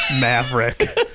maverick